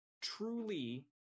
Truly